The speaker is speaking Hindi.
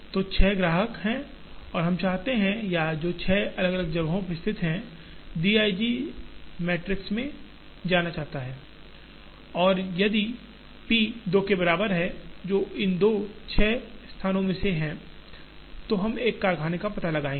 तो 6 ग्राहक हैं और हम चाहते हैं या जो छह अलग अलग जगहों पर स्थित हैं d i j मैट्रिक्स जाना जाता है और यदि p 2 के बराबर है जो इन दो छह स्थानों में से है तो हम एक कारखाने का पता लगाएंगे